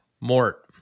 Mort